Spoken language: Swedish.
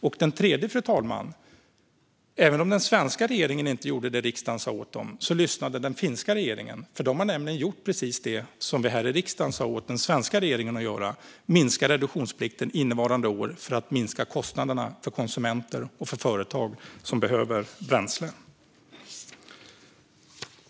När det gäller den tredje delen har den finska regeringen gjort precis det som vi här i riksdagen sa åt den svenska regeringen att göra, alltså att minska reduktionsplikten för innevarande år för att minska kostnaderna för konsumenter och företag som behöver bränsle.